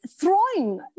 throwing